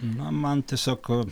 na man tiesiog